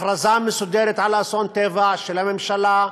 הכרזה מסודרת על אסון טבע, של הממשלה,